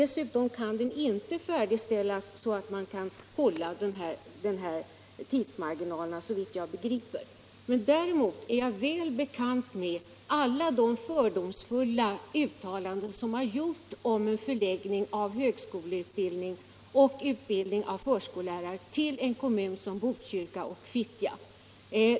Skolan kan inte heller färdigställas så att man kan hålla tidsmarginalerna, såvitt jag begriper. Däremot är jag väl bekant med alla de fördomsfulla uttalanden som har gjorts när man diskuterat en förläggning av högskoleutbildningen och utbildningen av förskollärare till kommuner som Botkyrka och Fittja.